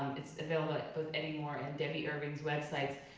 it's available at both eddie moore and debby irving's websites.